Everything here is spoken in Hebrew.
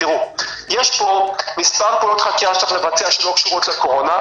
יש פה מספר פעולות חקירה שצריך לבצע שלא קשורות לקורונה,